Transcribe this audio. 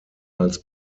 als